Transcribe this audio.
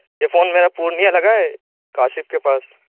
یہ فون میرا پورنیہ لگا ہے کاشف کے پاس